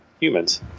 humans